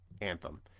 Anthem